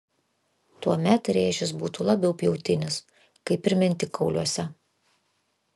tuomet rėžis būtų labiau pjautinis kaip ir mentikauliuose